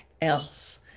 else